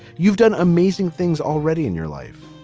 you've done amazing things already in your life.